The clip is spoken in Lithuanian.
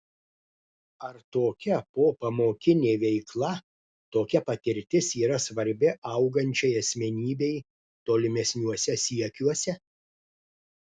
ar tokia popamokinė veikla tokia patirtis yra svarbi augančiai asmenybei tolimesniuose siekiuose